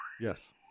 Yes